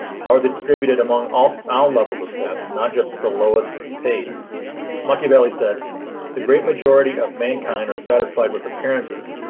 how are they distributed among all ah levels of staff, not just the lowest paid monkey valley? said the great majority of mankind, or satisfied with appearances,